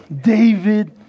David